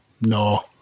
no